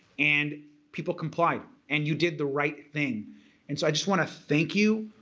and people complied. and you did the right thing and so i just want to thank you.